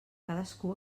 cadascú